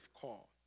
call